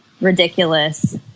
ridiculous